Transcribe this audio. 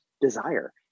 desire